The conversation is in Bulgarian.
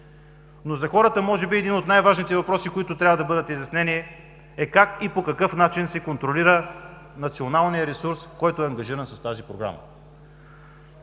За хората може би един от най-важните въпроси, който трябва да бъде изяснен, е как и по какъв начин да се контролира националният ресурс, ангажиран с тази Програма,